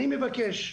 אני מבקש,